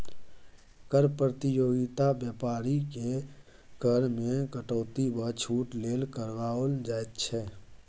कर प्रतियोगिता बेपारीकेँ कर मे कटौती वा छूट लेल करबाओल जाइत छै